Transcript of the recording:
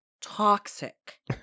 toxic